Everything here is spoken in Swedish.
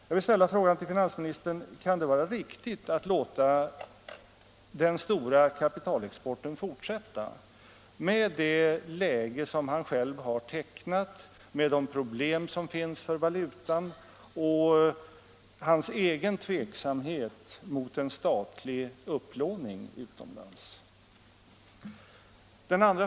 Jag vill fråga finansministern: Kan det vara riktigt att låta den stora kapitalexporten fortsätta med det läge som finansministern själv har tecknat, med de problem som finns för valutan och med finansministerns egen tveksamhet mot en statlig upplåning utomlands?